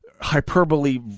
hyperbole